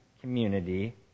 community